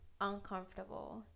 uncomfortable